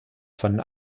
von